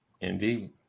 Indeed